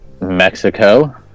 Mexico